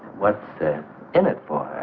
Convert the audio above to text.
was in it for.